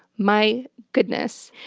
my goodness.